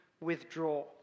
withdraw